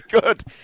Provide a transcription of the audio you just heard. good